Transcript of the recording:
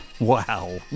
Wow